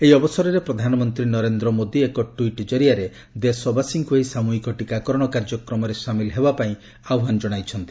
ଏହି ଅବସରରେ ପ୍ରଧାନମନ୍ତ୍ରୀ ନରେନ୍ଦ୍ର ମୋଦି ଏକ ଟ୍ୱିଟ୍ କରିଆରେ ଦେଶବାସୀଙ୍କୁ ଏହି ସାମୃହିକ ଟିକାକରଣ କାର୍ଯ୍ୟକ୍ରମରେ ସାମିଲ୍ ହେବାପାଇଁ ଆହ୍ୱାନ ଜଣାଇଛନ୍ତି